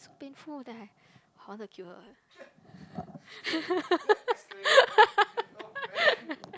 so painful then I I wanted to kill her eh